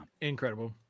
incredible